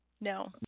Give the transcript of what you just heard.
No